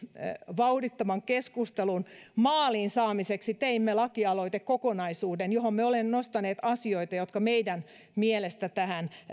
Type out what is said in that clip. vauhdittaman keskustelun maaliin saamiseksi teimme lakialoitekokonaisuuden johon me olemme nostaneet asioita jotka meidän mielestämme tähän